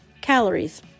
calories